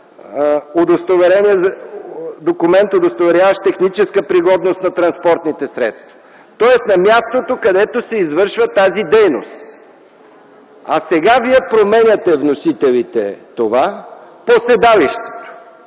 документ, удостоверяващ техническа пригодност на транспортните средства, тоест на мястото, където се извършва тази дейност. А сега вие – вносителите, променяте това по седалището,